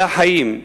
אלה החיים.